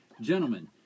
gentlemen